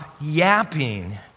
yapping